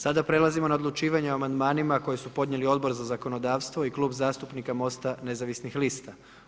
Sada prelazimo na odlučivanje o amandmanima koje su podnijeli Odbor za zakonodavstvo i Klub zastupnika MOST-a nezavisnih lista.